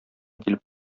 килеп